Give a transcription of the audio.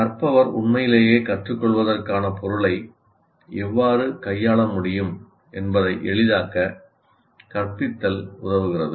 கற்பவர் உண்மையிலேயே கற்றுக் கொள்வதற்கான பொருளை எவ்வாறு கையாள முடியும் என்பதை எளிதாக்க கற்பித்தல் உதவுகிறது